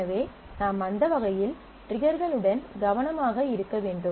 எனவே நாம் அந்த வகையில் ட்ரிகர்களுடன் கவனமாக இருக்க வேண்டும்